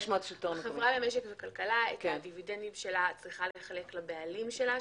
החברה למשק וכלכלה את הדיבידנדים שלה צריכה לחלק לבעלים שלה,